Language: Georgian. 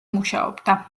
მუშაობდა